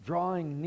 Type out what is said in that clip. Drawing